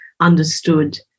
understood